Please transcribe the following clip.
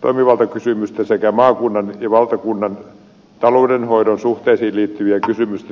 toimivaltakysymysten sekä maakunnan ja valtakunnan taloudenhoidon suhteisiin liittyvien kysymysten jatkoselvittämistä